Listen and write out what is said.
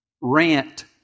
rant